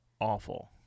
awful